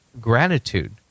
gratitude